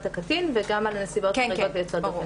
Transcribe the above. הקטין וגם על נסיבות חריגות ויוצאות דופן.